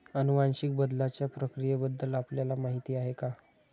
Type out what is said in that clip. अनुवांशिक बदलाच्या प्रक्रियेबद्दल आपल्याला माहिती आहे का?